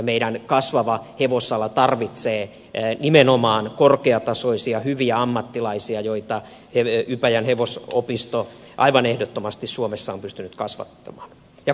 meidän kasvava hevosalamme tarvitsee nimenomaan korkeatasoisia hyviä ammattilaisia joita ypäjän hevosopisto aivan ehdottomasti suomessa on pystynyt kasvattamaan ja kouluttamaan